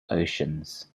oceans